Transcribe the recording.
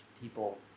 people